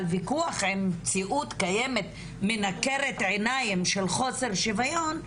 אבל ויכוח עם מציאות קיימת מנקרת עיניים של חוסר שוויון,